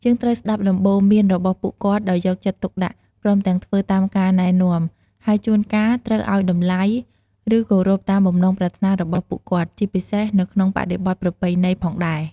យើងត្រូវស្ដាប់ដំបូន្មានរបស់ពួកគាត់ដោយយកចិត្តទុកដាក់ ព្រមទាំងធ្វើតាមការណែនាំ ហើយជួនកាលត្រូវឲ្យតម្លៃ ឬ គោរពតាមបំណងប្រាថ្នារបស់ពួកគាត់ ជាពិសេសនៅក្នុងបរិបទប្រពៃណីផងដែរ។